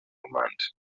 gemeint